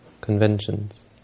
conventions